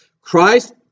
Christ